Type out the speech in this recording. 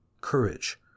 courage